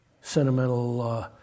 sentimental